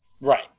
Right